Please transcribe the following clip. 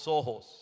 ojos